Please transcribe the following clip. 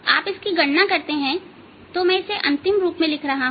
आप इसकी गणना करते हैं मैं इसे अंतिम रूप में लिख रहा हूं